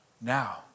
Now